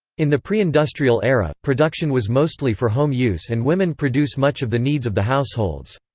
in the preindustrial era, production was mostly for home use and women produce much of the needs of the households.